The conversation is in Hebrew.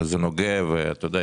זה נוגע ואתה יודע,